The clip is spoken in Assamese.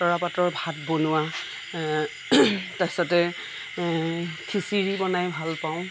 তৰাপাতৰ ভাত বনোৱা তাৰপিছতে খিচিৰি বনাই ভাল পাওঁ